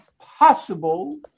possible